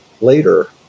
later